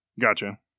Gotcha